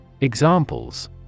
Examples